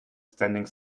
standing